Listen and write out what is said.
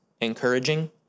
encouraging